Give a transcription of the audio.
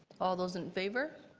all those in favor?